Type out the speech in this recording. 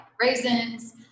raisins